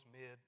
mid